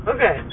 Okay